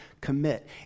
commit